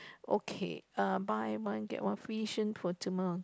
okay err buy one get one free since from tomorrow